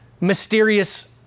mysterious